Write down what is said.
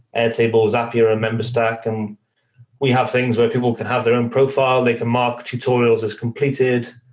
airtable, zapier and memberstack and we have things where people could have their own profi le. they can mark tutorials as completed.